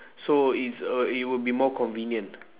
so it's uh it will be more convenient